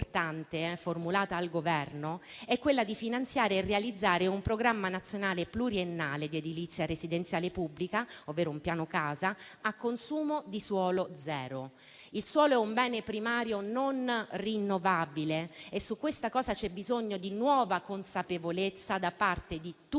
formulata al Governo è quella di finanziare e realizzare un programma nazionale pluriennale di edilizia residenziale pubblica, ovvero un piano casa, a consumo di suolo zero. Il suolo è un bene primario non rinnovabile e su questo c'è bisogno di nuova consapevolezza davvero da parte di tutte